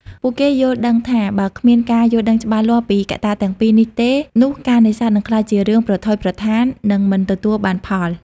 ពួកគេយល់ដឹងថា បើគ្មានការយល់ដឹងច្បាស់លាស់ពីកត្តាទាំងពីរនេះទេ នោះការនេសាទនឹងក្លាយជារឿងប្រថុយប្រថាន និងមិនទទួលបានផល។